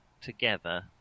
together